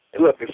look